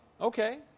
Okay